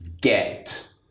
get